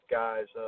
guys